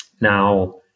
Now